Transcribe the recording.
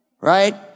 right